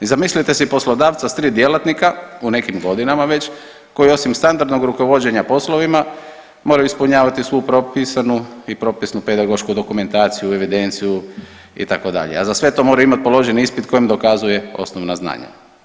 I zamislite si poslodavca s 3 djelatnika u nekim godinama već koji osim standardnog rukovođenja poslovima moraju ispunjavati svu propisanu i propisnu pedagošku dokumentaciju, evidenciju, itd., a za sve to moraju imati položeni ispit kojim dokazuje osnovna znanja.